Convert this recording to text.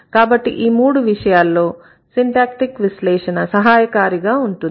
కాబట్టి ఈ మూడు విషయాల్లో సిన్టాక్టీక్ విశ్లేషణ సహాయకారిగా ఉంటుంది